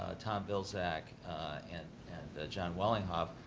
ah tom vilsack and and the john wellinghoff,